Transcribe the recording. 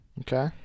Okay